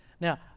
Now